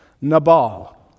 nabal